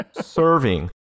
serving